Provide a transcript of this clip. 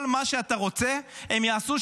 כל מה שאתה רוצה הם יעשו.